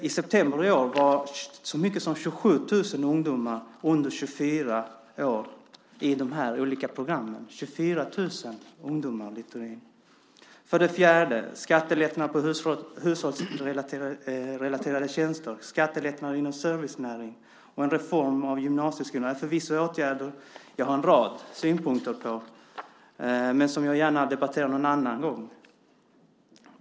I september i år var så många som 27 000 ungdomar under 24 år i arbetsmarknadspolitiska program. För det fjärde: Skattelättnad för hushållsrelaterade tjänster, skattelättnad inom servicenäringen och en reformering av gymnasieskolan är förvisso en rad åtgärder som jag har synpunkter på, men som jag gärna debatterar någon annan gång.